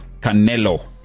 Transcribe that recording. Canelo